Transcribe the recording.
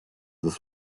this